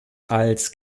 als